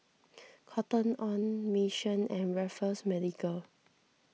Cotton on Mission and Raffles Medical